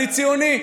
אני ציוני.